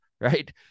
right